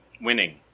winning